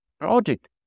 project